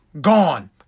Gone